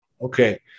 Okay